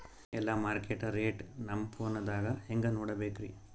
ಎಲ್ಲಾ market rate ನಮ್ ಫೋನದಾಗ ಹೆಂಗ ನೋಡಕೋಬೇಕ್ರಿ?